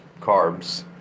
carbs